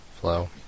Flow